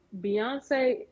Beyonce